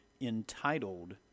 entitled